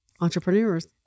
entrepreneurs